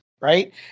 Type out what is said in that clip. right